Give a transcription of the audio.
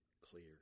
clear